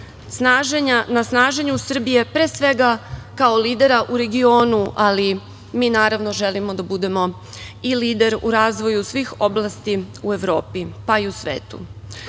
na snaženju Srbije, pre svega kao lidera u regionu, ali mi naravno želimo da budemo i lider u razvoju svih oblasti u Evropi, pa i u svetu.Za